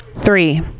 Three